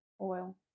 Oil